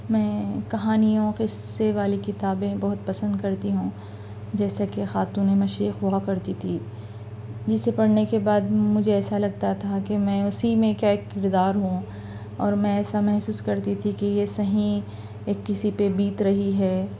میں کہانیوں قصے والی کتابیں بہت پسند کرتی ہوں جیسے کہ خاتون مشرق ہوا پڑھتی تھی جسے پڑھنے کے بعد مجھے ایسا لگتا تھا کہ میں اسی میں کا ایک کردار ہوں اور میں ایسا محسوس کرتی تھی کہ یہ صحیح کسی پہ بیت رہی ہے